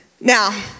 Now